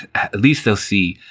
at least they'll see,